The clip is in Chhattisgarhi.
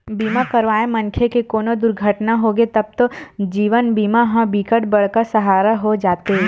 बीमा करवाए मनखे के कोनो दुरघटना होगे तब तो जीवन बीमा ह बिकट बड़का सहारा हो जाते